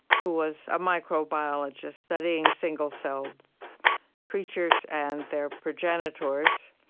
who was a microbiologist studying single-celled creatures and their progenitors,